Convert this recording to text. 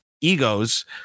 Egos